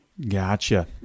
Gotcha